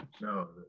no